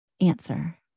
answer